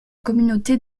communauté